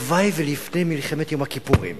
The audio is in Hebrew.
הלוואי שלפני מלחמת יום הכיפורים